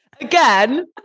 again